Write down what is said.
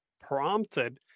prompted